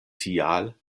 tial